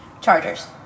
Chargers